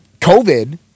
COVID